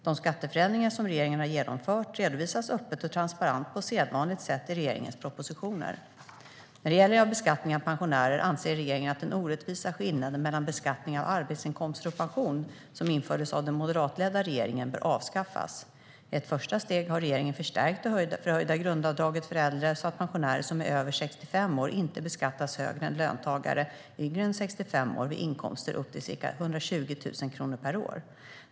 De skatteförändringar som regeringen har genomfört redovisas öppet och transparent på sedvanligt sätt i regeringens propositioner. När det gäller beskattningen av pensionärer anser regeringen att den orättvisa skillnaden mellan beskattningen av arbetsinkomst och beskattningen av pension som infördes av den moderatledda regeringen bör avskaffas. I ett första steg har regeringen förstärkt det förhöjda grundavdraget för äldre så att pensionärer som är över 65 år inte beskattas högre än löntagare yngre än 65 år vid inkomster upp till ca 120 000 kronor per år.